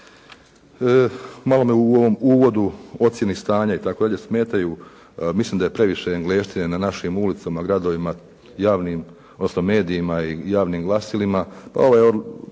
Malo me u ovom uvodu, ocjeni stanja itd. smetaju, mislim da je previše engleštine na našim ulicama, gradovima, medijima i javnim glasilima.